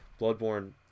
Bloodborne